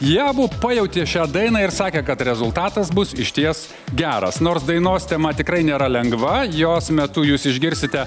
jie abu pajautė šią dainą ir sakė kad rezultatas bus išties geras nors dainos tema tikrai nėra lengva jos metu jūs išgirsite